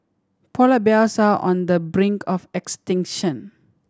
polar bears are on the brink of extinction